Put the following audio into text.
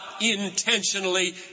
intentionally